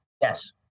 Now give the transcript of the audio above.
Yes